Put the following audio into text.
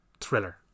thriller